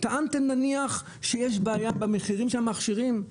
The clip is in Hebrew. טענתם למשל שיש בעיה במחירים של המכשירים.